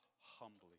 humbly